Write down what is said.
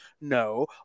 No